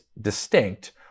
distinct